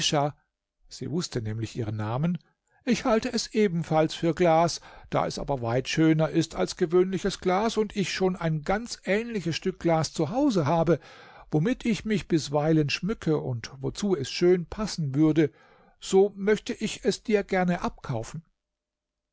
sie wußte nämlich ihren namen ich halte es ebenfalls für glas da es aber weit schöner ist als gewöhnliches glas und ich schon ein ganz ähnliches stück glas zu hause habe womit ich mich bisweilen schmücke und wozu es schön passen würde so möchte ich es dir gern abkaufen